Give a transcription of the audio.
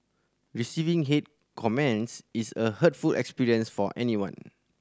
receiving hate comments is a hurtful experience for anyone